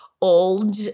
old